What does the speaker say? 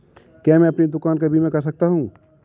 क्या मैं अपनी दुकान का बीमा कर सकता हूँ?